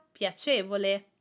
piacevole